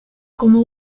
como